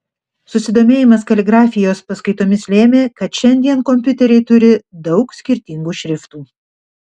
susidomėjimas kaligrafijos paskaitomis lėmė kad šiandien kompiuteriai turi daug skirtingų šriftų